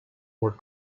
were